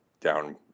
down